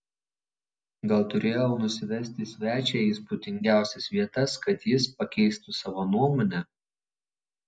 gal turėjau nusivesti svečią į įspūdingiausias vietas kad jis pakeistų savo nuomonę